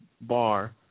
bar